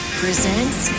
presents